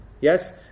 yes